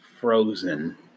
frozen